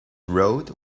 road